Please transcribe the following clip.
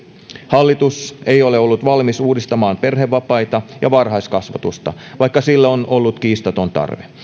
hallitus ei ole ollut valmis uudistamaan perhevapaita ja varhaiskasvatusta vaikka sille on ollut kiistaton tarve